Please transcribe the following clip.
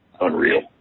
unreal